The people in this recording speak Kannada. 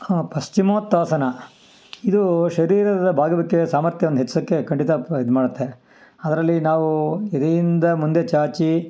ಹಾಂ ಪಶ್ಚಿಮೋತ್ಥಾಸನ ಇದು ಶರೀರದ ಬಾಗುವಿಕೆ ಸಾಮರ್ಥ್ಯವನ್ನು ಹೆಚ್ಸಕ್ಕೆ ಖಂಡಿತ ಪ್ ಇದು ಮಾಡತ್ತೆ ಅದರಲ್ಲಿ ನಾವು ಎದೆಯಿಂದ ಮುಂದೆ ಚಾಚಿ